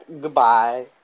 Goodbye